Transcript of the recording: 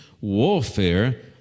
warfare